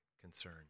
concern